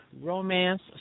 romance